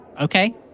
Okay